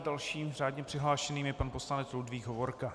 Dalším řádně přihlášeným je pan poslanec Ludvík Hovorka.